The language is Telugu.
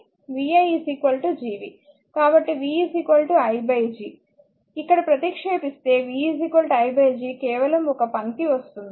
కాబట్టి v iG ఇక్కడ ప్రతిక్షేపిస్తే v iG కేవలం ఒక పంక్తి వస్తుంది